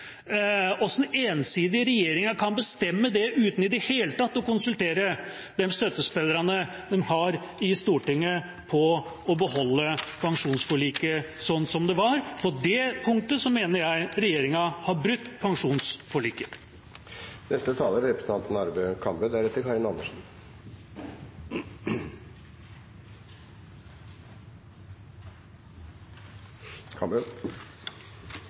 regjeringa ensidig kan bestemme det uten i det hele tatt å konsultere de støttespillerne de har i Stortinget på å beholde pensjonsforliket sånn som det var, innebærer at regjeringa har brutt pensjonsforliket på det punktet.